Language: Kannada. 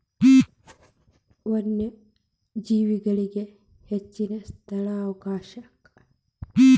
ವನ್ಯಜೇವಿಗಳಿಗೆ ಹೆಚ್ಚಿನ ಸ್ಥಳಾವಕಾಶ